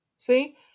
See